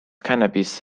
cannabis